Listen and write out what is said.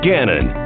Gannon